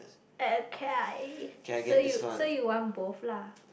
okay so you so you want both lah